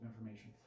information